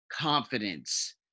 confidence